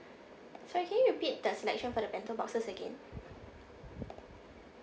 sorry can you repeat the selection for the bento boxes again